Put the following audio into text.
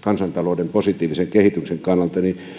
kansantalouden positiivisen kehityksen kannalta